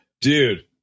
Dude